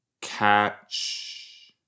Catch